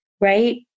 right